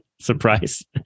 surprise